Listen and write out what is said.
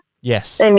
Yes